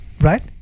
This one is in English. Right